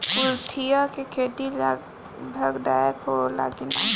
कुलथी के खेती लाभदायक होला कि न?